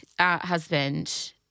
husband